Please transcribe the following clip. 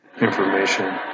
information